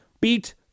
beat